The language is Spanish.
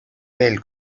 del